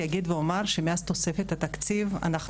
אגיד ואומר שמאז תוספת התקציב אנחנו